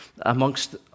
amongst